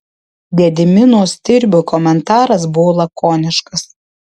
gedimino stirbio komentaras buvo lakoniškas